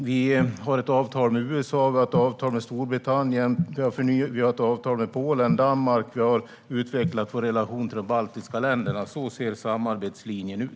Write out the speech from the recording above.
Vi har ett avtal med USA, vi har ett avtal med Storbritannien, vi har ett avtal med Polen och Danmark och vi har utvecklat vår relation till de baltiska länderna. Så ser samarbetslinjen ut.